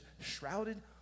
shrouded